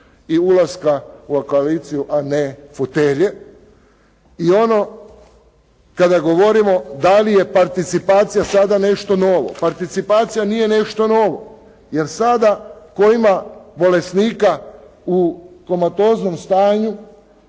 i ulaska u koaliciju a fotelje. I ono kada govorimo da li je participacija sada nešto novo, participacija nije nešto novo jer sada tko ima bolesnika u komatoznom stanju